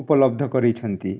ଉପଲବ୍ଧ କରେଇଛନ୍ତି